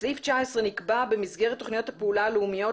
בסעיף 19 נקבע במסגרת תוכניות הפעולה הלאומיות